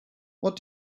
what